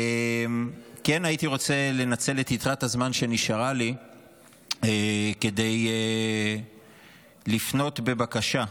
כן הייתי רוצה לנצל את יתרת הזמן שנשארה לי כדי לפנות בבקשה.